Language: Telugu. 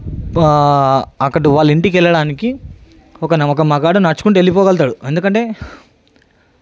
అక్కడ వాళ్ళ ఇంటికి వెళ్ళడానికి ఒక ఒక మగాడు నడుచుకుంటూ వెళ్ళిపోగలుగుతాడు ఎందుకంటే